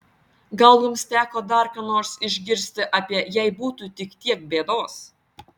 gal jums teko dar ką nors išgirsti apie jei būtų tik tiek bėdos